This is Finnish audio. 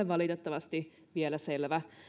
valitettavasti ole vielä selvä